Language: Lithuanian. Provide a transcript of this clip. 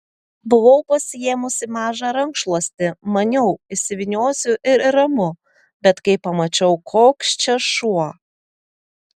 buvau pasiėmusi mažą rankšluostį maniau įsivyniosiu ir ramu bet kai pamačiau koks čia šuo